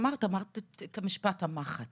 אמרת את משפט המחץ